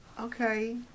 Okay